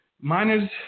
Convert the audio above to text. Miners